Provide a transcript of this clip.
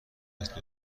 است